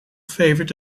favored